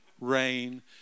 rain